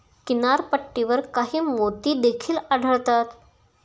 किनारपट्टीवर काही मोती देखील आढळतात